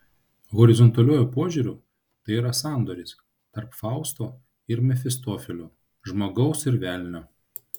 horizontaliuoju požiūriu tai yra sandoris tarp fausto ir mefistofelio žmogaus ir velnio